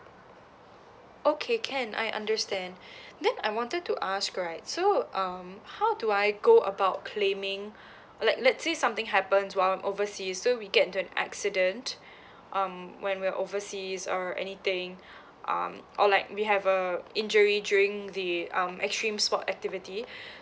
okay can I understand then I wanted to ask right so um how do I go about claiming let~ let's say something happens while I'm oversea so we get into an accident um when we're oversea or anything um or like we have a injury during the um extreme sport activity